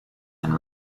and